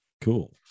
cool